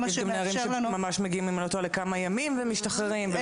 הם מגיעים לכמה ימים ומשתחררים.